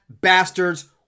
bastards